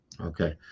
Okay